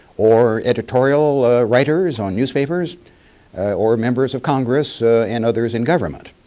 or editorial writers on newspapers or members of congress and others in government.